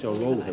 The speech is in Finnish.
toinen